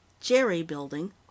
Jerry-building